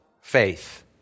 faith